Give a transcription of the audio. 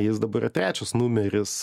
jis dabar trečias numeris